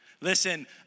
Listen